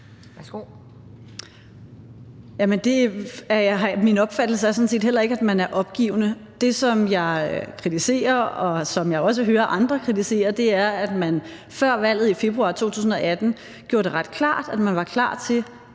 min opfattelse er sådan set heller ikke, at man er opgivende. Det, som jeg kritiserer, og som jeg også hører andre kritisere, er, at man før valget, i februar 2018, gjorde det ret klart, at man var klar til